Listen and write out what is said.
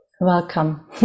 Welcome